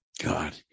God